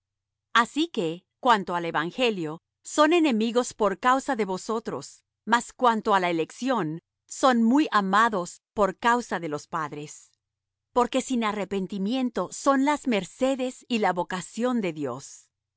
así que cuanto al evangelio son enemigos por causa de vosotros mas cuanto á la elección son muy amados por causa de los padres porque sin arrepentimiento son las mercedes y la vocación de dios